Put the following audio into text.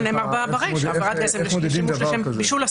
כפי שנאמר ברישא הבערת גזם לשימוש לשם בישול,